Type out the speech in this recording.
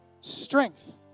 strength